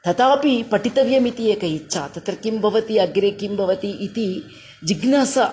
तथापि पठितव्यम् इति एका इच्छा तत्र किं भवति अग्रे किं भवति इति जिज्ञासा